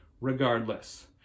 regardless